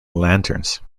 lanterns